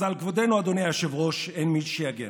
אז על כבודנו, אדוני היו"ר, אין מי שיגן,